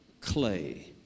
Clay